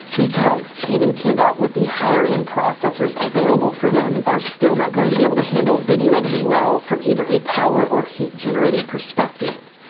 because, even kitted out with the higher end processors available for them, are still not going to be able to handle video editing well from either a power or heat generating perspective.